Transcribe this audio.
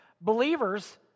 believers